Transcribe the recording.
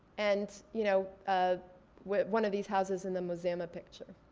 and you know ah one of these houses in the muzema picture.